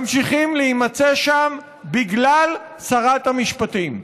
ממשיכים להימצא שם בגלל שרת המשפטים.